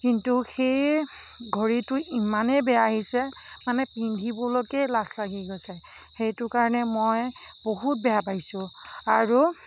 কিন্তু সেয়ে ঘড়ীটো ইমানে বেয়া আহিছে মানে পিন্ধিবলৈকে লাজ লাগি গৈছে সেইটো কাৰণে মই বহুত বেয়া পাইছোঁ আৰু